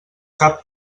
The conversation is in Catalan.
cap